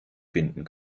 binden